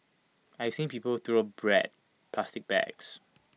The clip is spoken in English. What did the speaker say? I've seen people throw bread plastic bags